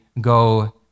go